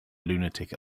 lunatic